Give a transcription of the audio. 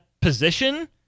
position